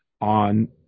on